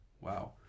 Wow